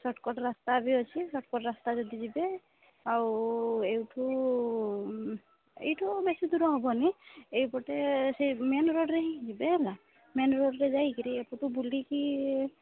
short cut ରାସ୍ତା ବି ଅଛି ସର୍ଟ କଟ୍ ରାସ୍ତା ଯଦି ଯିବେ ଆଉ ଏଇଠୁ ଏଇଠୁ ବେଶୀ ଦୂର ହବନି ଏଇ ପଟେ ସେଇ ମେନ୍ ରୋଡ଼୍ରେ ହିଁ ଯିବେ ହେଲା ମେନ୍ ରୋଡ଼୍ରେ ଯାଇକିରି ଏ ପଟୁ ବୁଲିକି